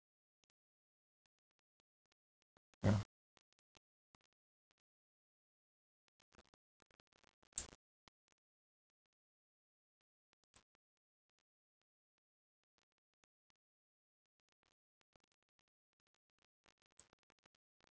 ya